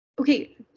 Okay